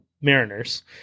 Mariners